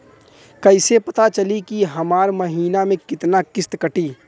कईसे पता चली की हमार महीना में कितना किस्त कटी?